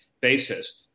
basis